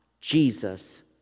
Jesus